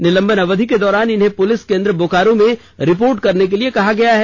निलंबन अवधी के दौरान इन्हें पुलिस केंद्र बोकारो में रिपोर्ट करने के लिए कहा गया है